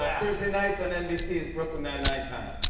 thursday nights on nbc is brooklyn nine-nine time.